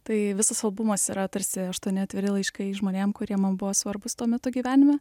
tai visas albumas yra tarsi aštuoni atviri laiškai žmonėm kurie man buvo svarbūs tuo metu gyvenime